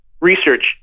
research